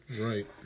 Right